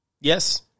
Yes